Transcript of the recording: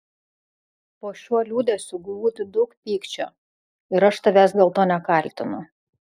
po šiuo liūdesiu glūdi daug pykčio ir aš tavęs dėl to nekaltinu